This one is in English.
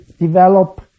develop